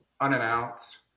unannounced